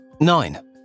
Nine